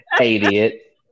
idiot